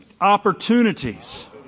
opportunities